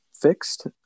fixed